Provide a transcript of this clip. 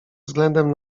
względem